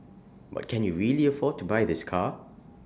but can you really afford to buy this car